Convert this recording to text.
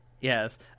Yes